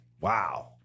wow